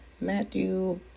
matthew